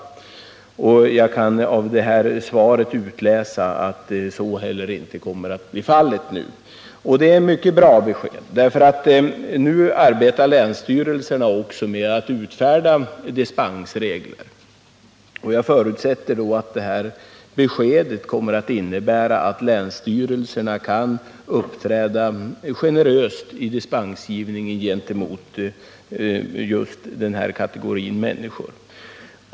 Jag kan av detta svar utläsa att så inte heller kommer att bli fallet. Det är ett mycket bra besked, eftersom länsstyrelserna nu arbetar med att utfärda dispensregler. Jag förutsätter att detta besked innebär att länstyrelserna kommer att vara generösa i dispensgivningen när det gäller just denna kategori människor.